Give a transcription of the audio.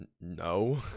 no